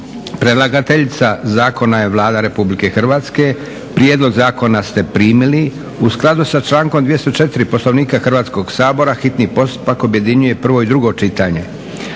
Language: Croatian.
Predlagateljica Zakona je Vlada Republike Hrvatske. Prijedlog Zakona ste primili. U skladu sa člankom 204. Poslovnika Hrvatskoga sabora hitni postupak objedinjuje prvo i drugo čitanje.